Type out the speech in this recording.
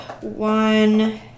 One